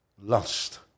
lust